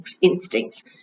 instincts